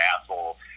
asshole